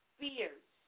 fears